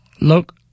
look